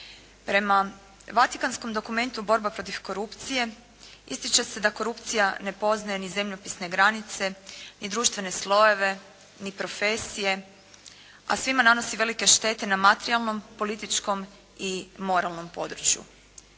Prema Vatikanskom dokumentu borba protiv korupcije ističe se da korupcija ne poznaje ni zemljopisne granice, ni društvene slojeve, ni profesije, a svima nanosi velike štete na materijalnom, političkom i moralnom području.